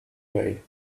way